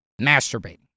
masturbating